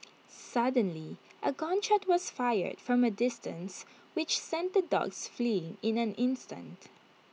suddenly A gun shot was fired from A distance which sent the dogs fleeing in an instant